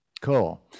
cool